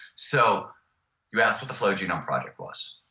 so you asked what the flow genome project was.